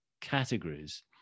categories